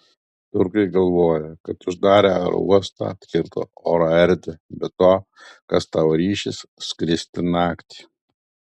turkai galvoja kad uždarę uostą atkirto oro erdvę be to kas tau ryšis skristi naktį